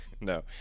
No